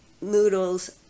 noodles